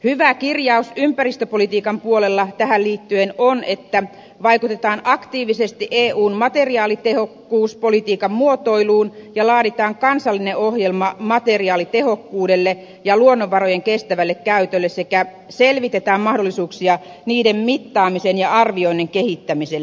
hyvä kirjaus ympäristöpolitiikan puolella tähän liittyen on että vaikutetaan aktiivisesti eun materiaalitehokkuuspolitiikan muotoiluun ja laaditaan kansallinen ohjelma materiaalitehokkuudelle ja luonnonvarojen kestävälle käytölle sekä selvitetään mahdollisuuksia niiden mittaamisen ja arvioinnin kehittämiselle